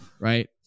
Right